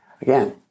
Again